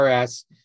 RS